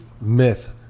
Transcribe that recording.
myth